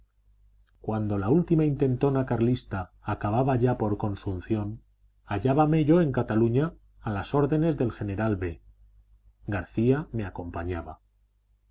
cuando la última intentona carlista acababa ya por consunción hallábame yo en cataluña a las órdenes del general b garcía me acompañaba